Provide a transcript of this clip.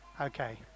Okay